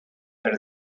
per